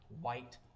white